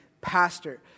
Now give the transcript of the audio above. pastor